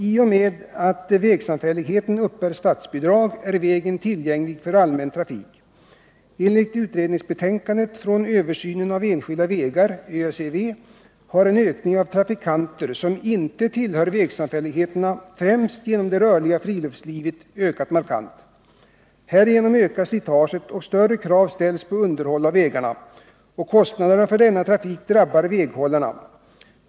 I och med att vägsamfälligheten uppbär statsbidrag är vägen tillgänglig för allmän trafik. Enligt betänkandet från den särskilda arbetsgruppen för översyn av statsbidragssystemet för enskild väghållning — ÖSEV — har antalet trafikanter som inte tillhör vägsamfälligheterna, främst genom det rörliga friluftslivet, ökat markant. Härigenom ökar slitaget, större krav ställs på underhåll av vägarna, och kostnaderna för denna trafik drabbar väghållarna.